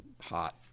hot